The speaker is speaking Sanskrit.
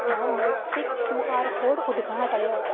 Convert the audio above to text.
मां मोब्क्विक् क्यू आर् कोड् उद्घाटय